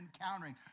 encountering